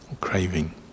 craving